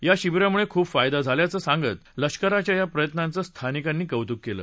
या शिबिरामुळखुप फायदा झाल्याचं सांगत लष्कराच्या या प्रयत्नांचं स्थानिकांनी कौतूक कलि